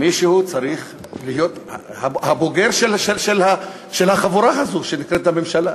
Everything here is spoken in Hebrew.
מישהו צריך להיות הבוגר של החבורה הזאת שנקראת הממשלה.